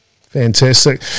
Fantastic